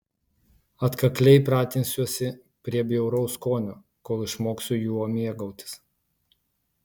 atkakliai pratinsiuosi prie bjauraus skonio kol išmoksiu juo mėgautis